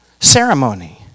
ceremony